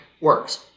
works